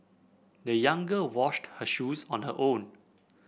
the young girl washed her shoes on her own